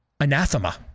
anathema